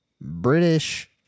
British